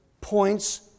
points